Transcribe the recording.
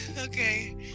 okay